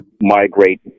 migrate